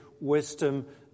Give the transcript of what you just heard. wisdom